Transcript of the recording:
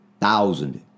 thousand